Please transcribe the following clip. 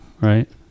right